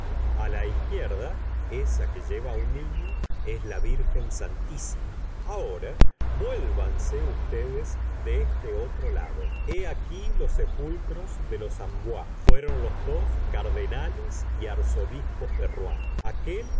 a la izquierda esa que lleva un niño es la virgen santísima ahora vuélvanse ustedes de este gustavo flaubert otro lado he aqui los sepulcros de los ainboise fueron los dos cardenales y arzobispos de rouen aquel